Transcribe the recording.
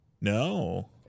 No